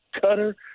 cutter